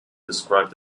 described